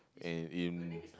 eh in